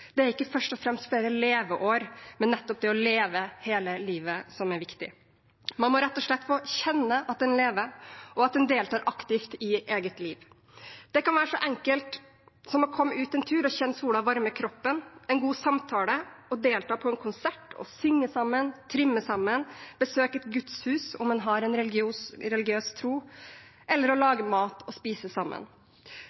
Det er ikke først og fremst flere leveår, men nettopp det å leve hele livet som er viktig. En må rett og slett få kjenne at en lever, og at en deltar aktivt i eget liv. Det kan være så enkelt som å komme ut en tur og kjenne sola varme kroppen, en god samtale, å delta på en konsert, å synge sammen, trimme sammen, besøke et gudshus om en har en religiøs tro, eller å